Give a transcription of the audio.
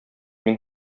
мин